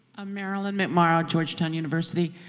ah marilyn mcmorrow, georgetown university.